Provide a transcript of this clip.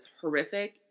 horrific